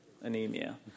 anemia